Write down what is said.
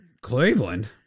Cleveland